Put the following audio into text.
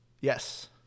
Yes